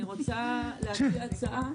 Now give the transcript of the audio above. אני רוצה להציע הצעה.